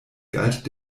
galt